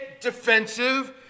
defensive